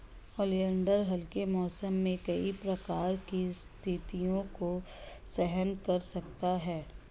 oleander हल्के मौसम में कई प्रकार की स्थितियों को सहन कर सकता है